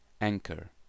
anchor